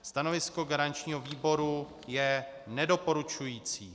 Stanovisko garančního výboru je nedoporučující.